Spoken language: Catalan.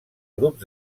grups